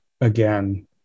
again